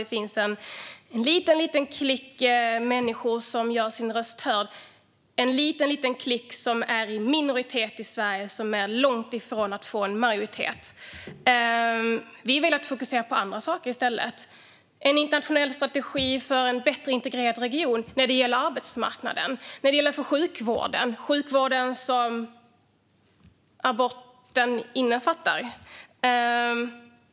Det finns kanske en liten klick människor som tycker annorlunda, men den är i minoritet och långt ifrån att få majoritet. Vi väljer som sagt att fokusera på annat, nämligen en internationell strategi för en bättre integrerad region när det gäller arbetsmarknad och sjukvård - den sjukvård där aborterna utförs.